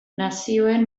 nazioen